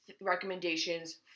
recommendations